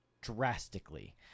drastically